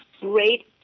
great